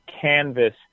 canvas